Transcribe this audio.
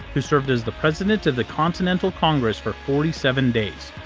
who served as the president of the continental congress for forty seven days.